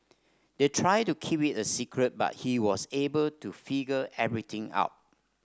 they tried to keep it a secret but he was able to figure everything out